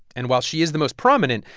and while she is the most prominent,